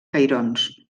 cairons